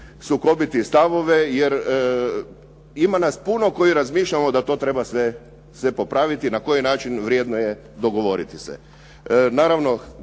sukobiti stavove jer ima nas puno koji razmišljamo da to treba sve popraviti na koji način, vrijedno je dogovoriti se.